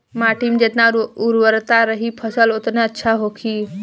माटी में जेतना उर्वरता रही फसल ओतने अच्छा होखी